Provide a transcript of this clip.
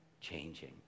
changing